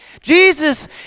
Jesus